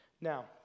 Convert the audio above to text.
Now